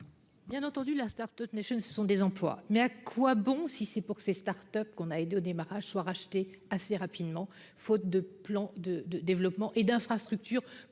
Bien entendu l'instar, toutes les jeunes, ce sont des emplois mais à quoi bon, si c'est pour que ces Start-Up qu'on a aidé au démarrage soit racheté assez rapidement, faute de plan de développement et d'infrastructures